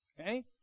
Okay